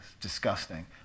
Disgusting